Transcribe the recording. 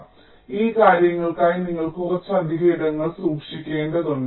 അതിനാൽ ഈ കാര്യങ്ങൾക്കായി നിങ്ങൾ കുറച്ച് അധിക ഇടങ്ങൾ സൂക്ഷിക്കേണ്ടതുണ്ട്